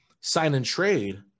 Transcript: sign-and-trade